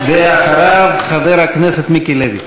חבר הכנסת ג'בארין,